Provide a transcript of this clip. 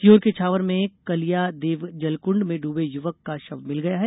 सीहोर के इछावर में कालियादेव जलकुण्ड में डूबे युवक का शव मिल गया है